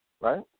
right